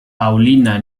paulina